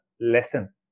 lesson